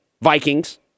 Vikings